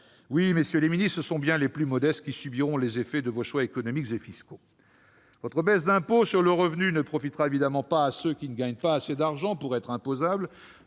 Oui, messieurs les ministres, ce sont bien les plus modestes qui subiront les effets de vos choix économiques et fiscaux. Votre baisse de l'impôt sur le revenu ne profitera évidemment pas à ceux qui ne gagnent pas assez d'argent pour être imposables.